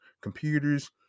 computers